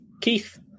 Keith